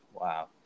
wow